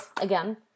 again